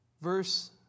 Verse